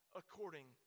according